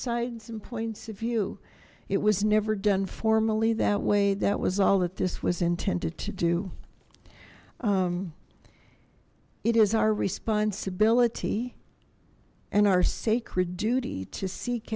sides and points of view it was never done formally that way that was all that this was intended to do it is our responsibility and our sacred duty to seek